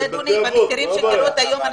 אבל